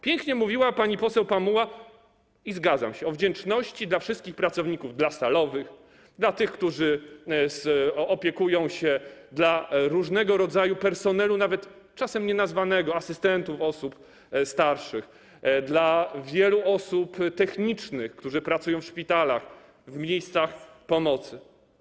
Pięknie mówiła pani poseł Pamuła, i zgadzam się, o wdzięczności dla wszystkich pracowników, dla salowych, dla tych, którzy opiekują się, dla różnego rodzaju personelu, czasem nawet nienazwanego, asystentów osób starszych, dla wielu osób technicznych, którzy pracują w szpitalach, w miejscach pomocy.